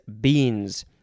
beans